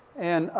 and, ah,